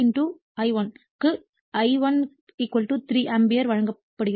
எனவே I2 K I1 க்கு I1 3 ampere வழங்கப்படுகிறது